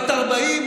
בת 40,